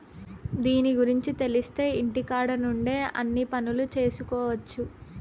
దీని గురుంచి తెలిత్తే ఇంటికాడ నుండే అన్ని పనులు చేసుకొవచ్చు